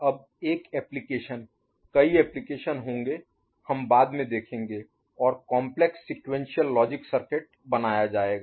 अब एक application Application अनुप्रयोग कई एप्लीकेशन अनुप्रयोग होंगे हम बाद में देखेंगे और जटिल sequential logic circuit Complex Sequential Logic Circuit जटिल अनुक्रमिक तर्क सर्किट बनाया जाएगा